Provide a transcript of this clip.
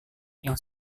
yang